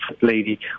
lady